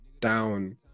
down